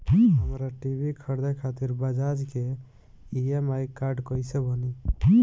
हमरा टी.वी खरीदे खातिर बज़ाज़ के ई.एम.आई कार्ड कईसे बनी?